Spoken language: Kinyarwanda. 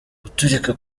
guturika